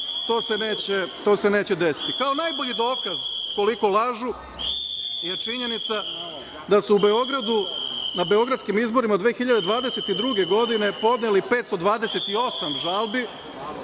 to se neće desiti. Kao najbolji dokaz koliko lažu je činjenica da su u Beogradu na beogradskim izborima 2022. godine podneli 528 žalbi,